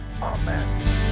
Amen